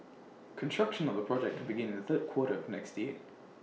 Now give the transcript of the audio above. construction on the project could begin in the third quarter of next year